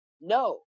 No